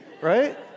right